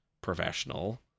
professional